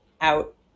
out